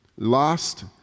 lost